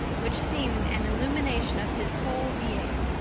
which seemed an illumination of his whole being,